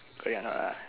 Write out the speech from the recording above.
oh ya not lah